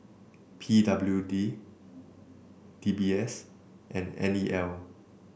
P W D D B S and N E L